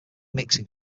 mixing